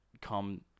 come